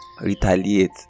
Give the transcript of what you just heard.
retaliate